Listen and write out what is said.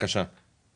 (מוצגת מצגת)